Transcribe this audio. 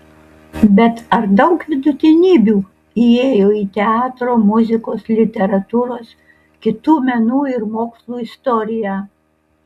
bet ar daug vidutinybių įėjo į teatro muzikos literatūros kitų menų ir mokslų istoriją